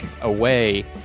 away